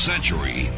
century